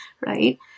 right